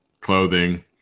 clothing